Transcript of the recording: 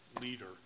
leader